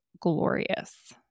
glorious